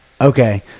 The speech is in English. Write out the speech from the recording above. Okay